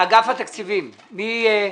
אגף התקציבים, מי?